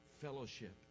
fellowship